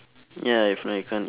ya if not you can't eat